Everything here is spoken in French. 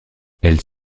elle